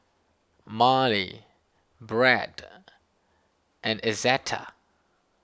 Marely Brett and Izetta